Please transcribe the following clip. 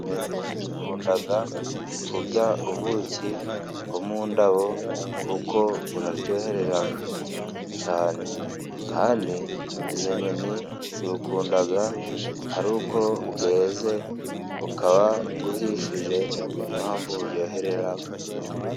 Inyoni zikunda kurya ubuki bwo mu ndabo, kuko buraryoherera cyane, kandi izo nyoni zibukunda ari uko bweze, bukaba buhishije. Niyo mpamvu buryoherera.